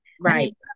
right